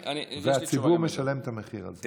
והציבור משלם את המחיר הזה.